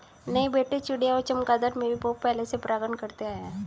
नहीं बेटे चिड़िया और चमगादर भी बहुत पहले से परागण करते आए हैं